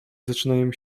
zaczynają